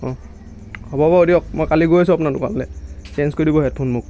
অঁ হ'ব হ'ব দিয়ক মই কালি গৈ আছোঁ আপোনালোকৰ দোকানলৈ চেঞ্জ কৰি দিব হেডফোন মোক